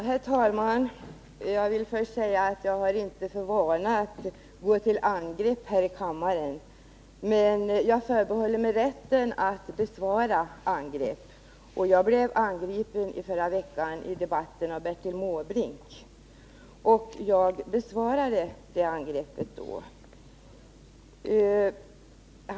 Herr talman! Jag vill först säga att jag har inte för vana att gå till angrepp häri kammaren, men jag förbehåller mig rätten att besvara angrepp. Jag blev angripen i debatten i förra veckan av Bertil Måbrink, och jag besvarade det angreppet då.